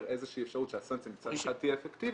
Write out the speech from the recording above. איזה שהיא אפשרות שהסנקציה מצד אחד תהיה אפקטיבית,